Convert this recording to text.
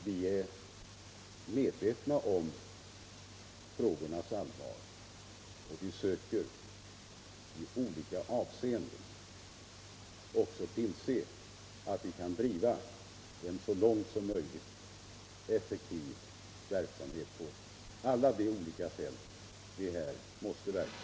Vi är medvetna om frågornas allvar, och vi söker i olika avseenden också tillse att vi kan driva en så långt som möjligt effektiv verksamhet på alla de olika fält där vi måste verka.